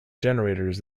generators